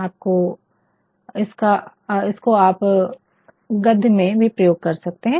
इसको आप गद्य में भी प्रयोग कर सकते है